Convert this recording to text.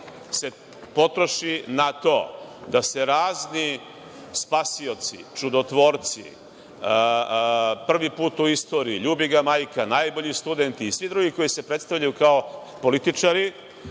se potroši na to da se razni spasioci, čudotvorci, privi put u istoriji, ljubi ga majka, najbolji studenti, i svi drugi koji se predstavljaju kao političari,